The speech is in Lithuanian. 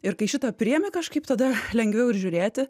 ir kai šitą priėmi kažkaip tada lengviau ir žiūrėti